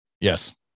Yes